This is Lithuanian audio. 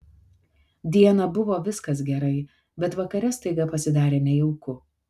dieną buvo viskas gerai bet vakare staiga pasidarė nejauku